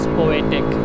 poetic